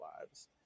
lives